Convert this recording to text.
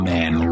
Man